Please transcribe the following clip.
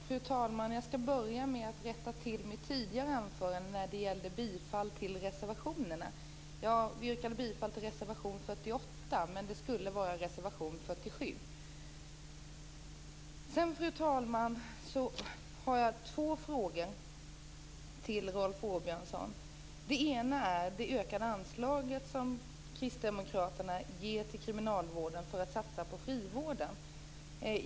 Fru talman! Jag skall börja med att rätta till mitt tidigare anförande när det gällde bifall till reservationerna. Jag yrkade bifall till reservation 48, men det skulle vara reservation 47. Sedan, fru talman, har jag två frågor till Rolf Åbjörnsson. Den ena gäller det ökade anslag som kristdemokraterna ger till kriminalvården för att satsa på frivården.